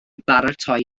baratoi